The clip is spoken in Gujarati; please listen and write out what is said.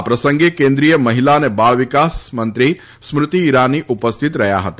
આ પ્રસંગે કેન્દ્રીય મહિલા અને બાળ વિકાસમંત્રી સ્મૃતિ ઈરાની ઉપસ્થિત રહ્યા હતા